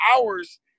hours